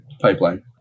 Pipeline